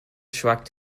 shrugged